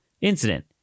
incident